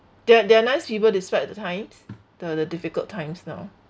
they're they're nice people despite the times the the difficult times now